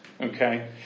okay